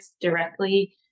directly